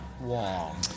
wall